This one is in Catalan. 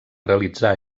realitzar